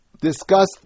discussed